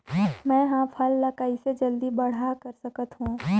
मैं ह फल ला कइसे जल्दी बड़ा कर सकत हव?